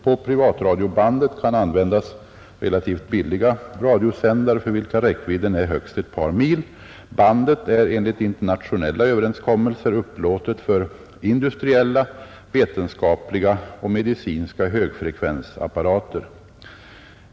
På privatradiobandet kan användas relativt billiga radiosändare för vilka räckvidden är högst ett par mil. Bandet är enligt internationella överenskommelser upplåtet för industriella, vetenskapliga och medicinska högfrekvensapparater.